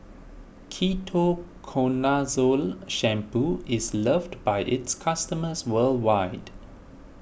Ketoconazole Shampoo is loved by its customers worldwide